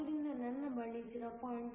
ಆದ್ದರಿಂದ ನನ್ನ ಬಳಿ 0